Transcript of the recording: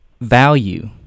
Value